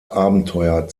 abenteuer